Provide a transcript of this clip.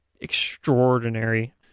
extraordinary